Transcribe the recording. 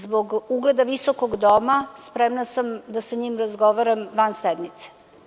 Zbog ugleda visokog doma, spremna sam da sa njim razgovaram van sednice.